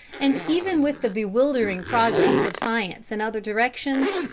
and even with the bewildering progress of science in other directions,